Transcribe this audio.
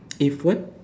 if what